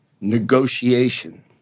negotiation